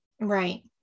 right